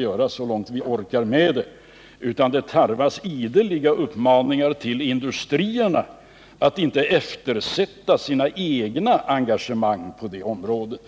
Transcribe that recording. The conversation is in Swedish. göra det så långt vi orkar med — utan det tarvas ideliga uppmaningar till industrierna att inte eftersätta sina egna engagemang på detta område.